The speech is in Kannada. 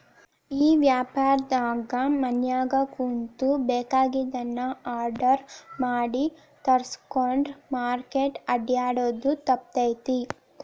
ಈ ವ್ಯಾಪಾರ್ದಾಗ ಮನ್ಯಾಗ ಕುಂತು ಬೆಕಾಗಿದ್ದನ್ನ ಆರ್ಡರ್ ಮಾಡಿ ತರ್ಸ್ಕೊಂಡ್ರ್ ಮಾರ್ಕೆಟ್ ಅಡ್ಡ್ಯಾಡೊದು ತಪ್ತೇತಿ